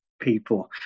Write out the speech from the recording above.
people